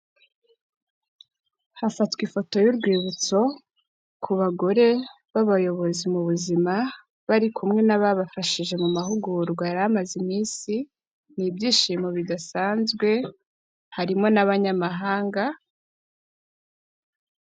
Hafatwa ifoto y'urwibutso ku bagore b'abayobozi mu buzima, bari kumwe n'ababafashije mu mahugurwa yari amaze iminsi ni ibyishimo bidasanzwe harimo n'abanyamahanga.